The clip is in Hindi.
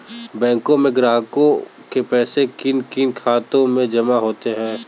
बैंकों में ग्राहकों के पैसे किन किन खातों में जमा होते हैं?